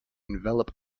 envelope